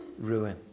ruin